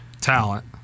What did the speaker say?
talent